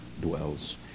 dwells